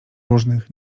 różnych